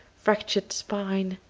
fractured spine,